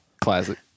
Classic